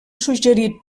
suggerit